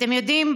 אתם יודעים,